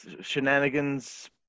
shenanigans